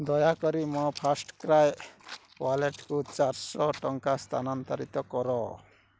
ଦୟାକରି ମୋ ଫାର୍ଷ୍ଟ୍କ୍ରାଏ ୱଲେଟ୍କୁ ଚାରଶହ ଟଙ୍କା ସ୍ଥାନାନ୍ତରିତ କର